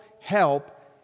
help